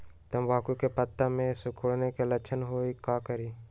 तम्बाकू के पत्ता में सिकुड़न के लक्षण हई का करी?